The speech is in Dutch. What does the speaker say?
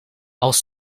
als